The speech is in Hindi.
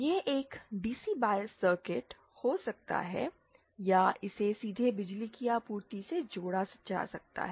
यह एक डीसी बायस सर्किट हो सकता है या इसे सीधे बिजली की आपूर्ति से जोड़ा जा सकता है